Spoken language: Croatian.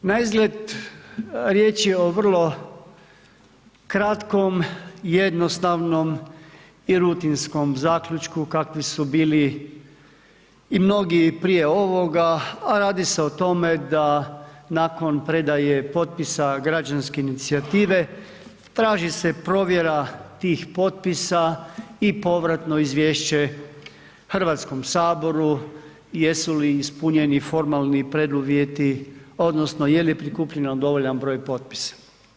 Naizgled riječ je o vrlo kratkom, jednostavnom i rutinskom zaključku kakvi su bili i mnogi prije ovoga, a radi se o tome da nakon predaje potpisa građanske inicijative traži se provjera tih potpisa i povratno izvješće Hrvatskom saboru jesu li ispunjeni formalni preduvjeti odnosno jel je prikupljeno dovoljan broj potpisa.